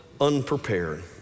unprepared